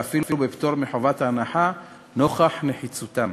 ואפילו בפטור מחובת ההנחה נוכח נחיצותן,